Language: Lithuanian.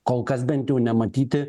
kol kas bent jau nematyti